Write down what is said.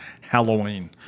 Halloween